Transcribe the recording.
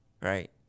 Right